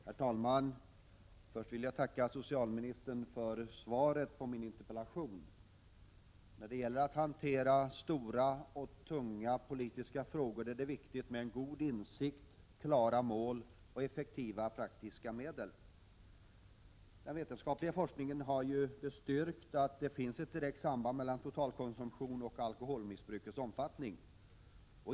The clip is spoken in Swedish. Herr talman! Först vill jag tacka socialministern för svaret på min interpellation. När det gäller att hantera stora och tunga politiska frågor är det viktigt med god insikt, klara mål och effektiva praktiska medel. Den vetenskapliga forskningen har bestyrkt att det finns ett direkt samband mellan totalkonsumtion och alkoholmissbrukets omfattning.